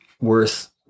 worth